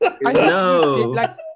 No